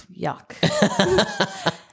yuck